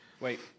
Wait